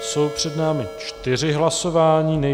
Jsou před námi čtyři hlasování.